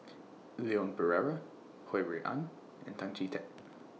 Leon Perera Ho Rui An and Tan Chee Teck